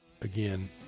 again